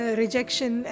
rejection